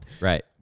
Right